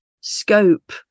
scope